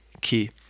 key